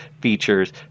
features